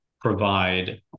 provide